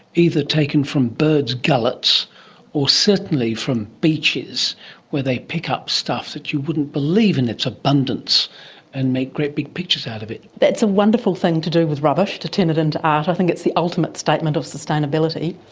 either taken from birds' gullets or certainly from beaches where they pick up stuff that you wouldn't believe in its abundance and make great big pictures out of it. that's a wonderful thing to do with rubbish, to turn it into art, i think it's the ultimate statement of sustainability.